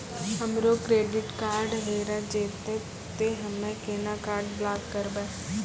हमरो credit card हेरा जेतै ते हम्मय केना कार्ड ब्लॉक करबै?